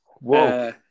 Whoa